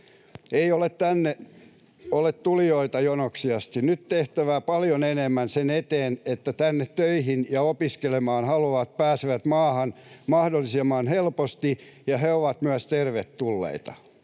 Ei tänne ole tulijoita jonoksi asti. Nyt on tehtävä paljon enemmän sen eteen, että tänne töihin ja opiskelemaan haluavat pääsevät maahan mahdollisimman helposti ja he ovat myös tervetulleita.